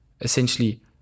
essentially